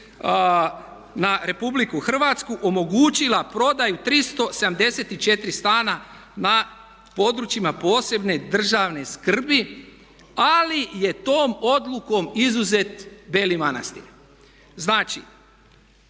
na RH omogućila prodaju 374 stana na područjima od posebne državne skrbi ali je tom odlukom izuzet Beli Manastir. Znači